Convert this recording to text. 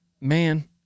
Man